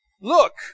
Look